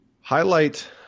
Highlight